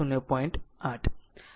8 હશે